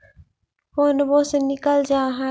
फोनवो से निकल जा है?